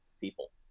people